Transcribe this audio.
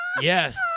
yes